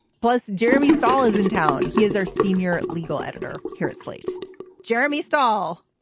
plus, jeremy stall is in town. he is our senior legal editor here at slate jeremy stall.